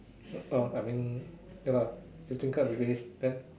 orh I mean ya fifteen card you finish can